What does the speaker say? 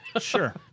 Sure